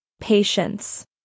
patience